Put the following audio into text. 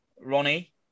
Ronnie